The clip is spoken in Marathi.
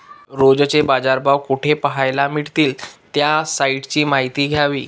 रोजचे बाजारभाव कोठे पहायला मिळतील? त्या साईटची माहिती द्यावी